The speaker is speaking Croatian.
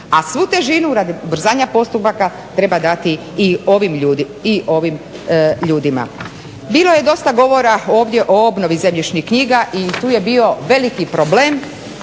A svu težinu radi ubrzanja postupaka treba dati i ovim ljudima. Bilo je dosta govora ovdje o obnovi zemljišnih knjiga i tu je bio veliki problem,